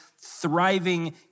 thriving